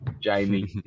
Jamie